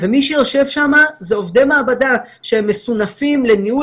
ומי שיושב שם זה עובדי מעבדה שהם מסונפים לניהול